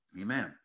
amen